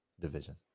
division